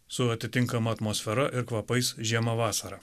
su atitinkama atmosfera ir kvapais žiemą vasarą